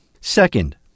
Second